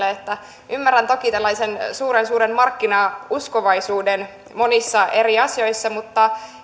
ja pakkanen ymmärrän toki tällaisen suuren suuren markkinauskovaisuuden monissa eri asioissa mutta